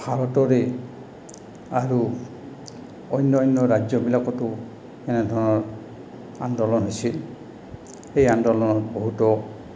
ভাৰতৰে আৰু অন্য অন্য ৰাজ্যবিলাকতো এনেধৰণৰ আন্দোলন হৈছিল সেই আন্দোলনত বহুতো